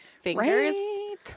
fingers